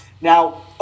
Now